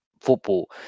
football